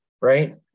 right